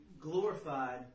glorified